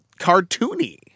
cartoony